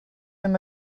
amb